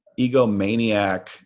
egomaniac